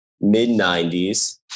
mid-90s